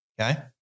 okay